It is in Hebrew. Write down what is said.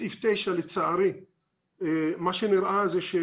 אני חושב